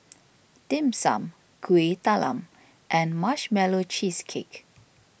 Dim Sum Kueh Talam and Marshmallow Cheesecake